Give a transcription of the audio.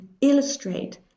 illustrate